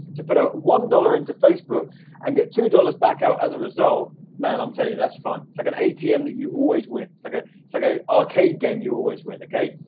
to put a one dollars into facebook and get two dollars back out as a result man i'm telling you that's fun like an atm that you always win. okay like ah like a arcade game. you always win, okay?